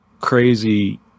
crazy